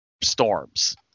storms